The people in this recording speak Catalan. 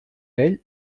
ell